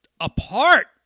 apart